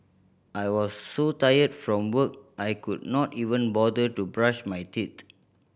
I was so tired from work I could not even bother to brush my teeth